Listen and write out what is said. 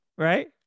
Right